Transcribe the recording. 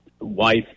wife